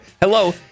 Hello